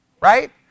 right